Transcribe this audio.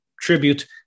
tribute